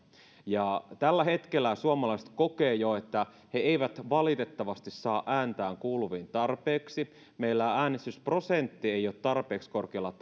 tällä hetkellä suomalaiset kokevat jo että he eivät valitettavasti saa ääntään kuuluviin tarpeeksi meillä äänestysprosentti ei ole tarpeeksi korkealla